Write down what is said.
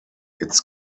its